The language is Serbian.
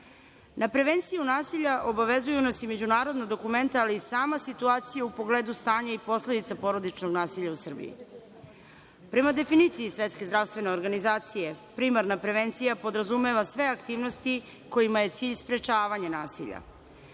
prevenciju nasilja obavezuju nas i međunarodna dokumenta, ali i sama situacija u pogledu stanja i posledica porodičnog nasilja u Srbiji. Prema definiciji Svetske zdravstvene organizacije, primarna prevencija podrazumeva sve aktivnosti kojima je cilj sprečavanje nasilja.